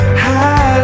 high